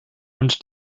und